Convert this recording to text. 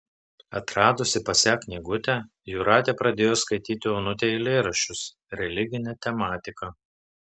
atradusi pas ją knygutę jūratė pradėjo skaityti onutei eilėraščius religine tematika